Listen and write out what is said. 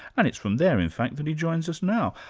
and it's from there in fact, that he joins us now.